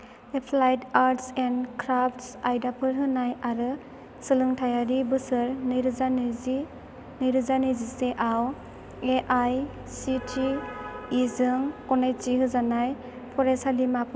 applied arts and crafts आयदाफोर होनाय आरो सोलोंथायारि बोसोर नैरोजा नैजि नैरोजा नैजिसेआव एआईसिटिइ जों गनायथि होजानाय फरायसालिमाफोरखौ नागिर